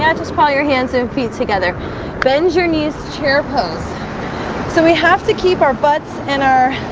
yeah just call your hands and feet together bend your knees chair pose so we have to keep our butts in our